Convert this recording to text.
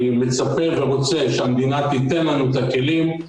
אני מצפה ורוצה שהמדינה תיתן לנו את הכלים.